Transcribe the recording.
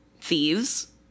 thieves